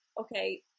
okay